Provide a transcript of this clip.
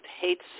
hates